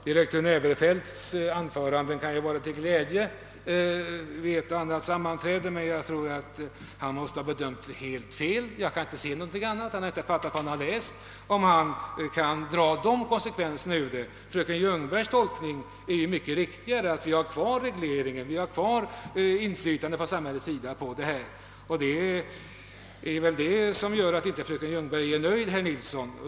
Direktör Näverfelts anförande kan ju vara till glädje, men jag tror att han har bedömt saken alldeles fel. Jag kan inte se något annat. Han har inte förstått vad han läst eftersom han kunnat dra sådana slutsatser därur. Fröken Ljungbergs tolkning att vi har kvar samhällets inflytande genom reg lering är mycket riktigare. Det är väl också just det, herr Nilsson, som gör att fröken Ljungberg inte är nöjd.